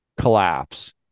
collapse